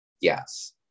Yes